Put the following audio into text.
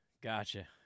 Gotcha